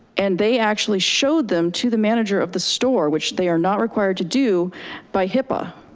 and they actually showed them to the manager of the store, which they are not required to do by hipaa.